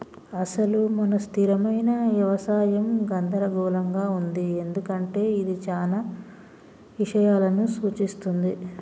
అసలు మన స్థిరమైన యవసాయం గందరగోళంగా ఉంది ఎందుకంటే ఇది చానా ఇషయాలను సూఛిస్తుంది